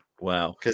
Wow